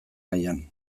nahian